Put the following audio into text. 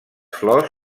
flors